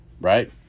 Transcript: right